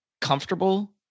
comfortable